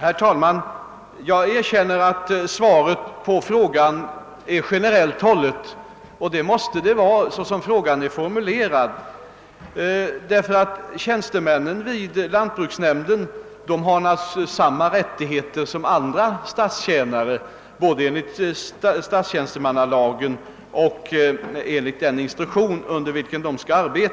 Herr talman! Jag erkänner att svaret är generellt hållet men så som frågan är formulerad måste det vara så. Tjänstemän vid lantbruksnämnderna har naturligtvis samma rättigheter som andra statstjänare både enligt statstjänstemannalagen och enligt den instruktion som gäller för